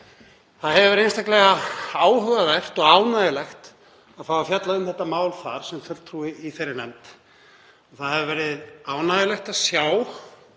Það hefur verið einstaklega áhugavert og ánægjulegt að fá að fjalla um þetta mál sem fulltrúi í þeirri nefnd. Það hefur verið ánægjulegt að sjá